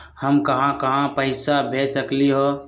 हम कहां कहां पैसा भेज सकली ह?